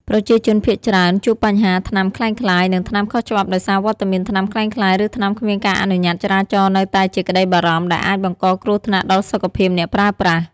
ប្រជាជនភាគច្រើនជួបបញ្ហាថ្នាំក្លែងក្លាយ និងថ្នាំខុសច្បាប់ដោយសារវត្តមានថ្នាំក្លែងក្លាយ ឬថ្នាំគ្មានការអនុញ្ញាតចរាចរណ៍នៅតែជាក្ដីបារម្ភ ដែលអាចបង្កគ្រោះថ្នាក់ដល់សុខភាពអ្នកប្រើប្រាស់។